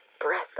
breath